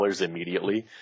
immediately